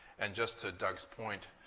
and just to doug's point,